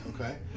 okay